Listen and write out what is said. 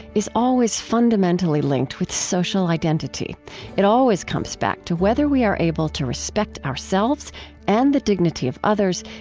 is always fundamentally linked with social identity it always comes back to whether we are able to respect ourselves and the dignity of others,